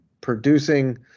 producing